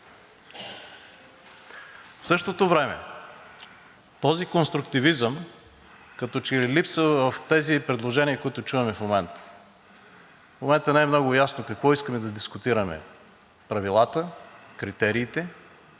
В същото време този конструктивизъм като че ли липсва в тези предложения, които чуваме в момента. В момента не е много ясно какво искаме да дискутираме – правилата, критериите